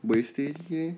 buay stay eh